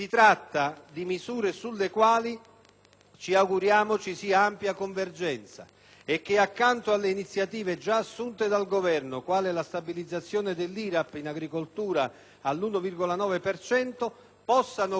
ci auguriamo ci sia ampia convergenza e che, accanto alle iniziative già assunte dal Governo, quale la stabilizzazione dell'IRAP in agricoltura all'1,9 per cento, possano contribuire allo sviluppo